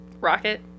rocket